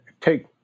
take